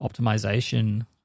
optimization